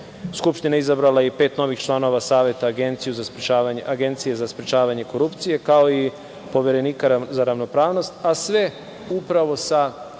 Skupština je izabrala i pet novih članova Saveta Agencije za sprečavanje korupcije, kao i Poverenika za ravnopravnost, a sve upravo sa